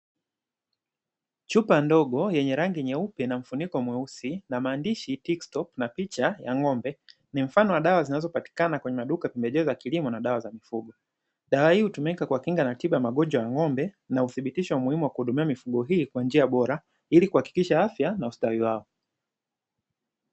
Chupa ndogo yenye rangi nyeupe na maandishi meusi na maandishi tikisto na picha ya ng'ombe ni mfano wa dawa zinazopatikana kwenye maduka makubwa ya pembejeo za kilimo na dawa za mifugo, dawa hii hutumika kwa kinga na tiba ya magonjwa ya ng'ombe, na uthibitisho muhimu wa kuhudumia mifugo hii kwa njia bora ili kuhakikisha afya na ustawi wao.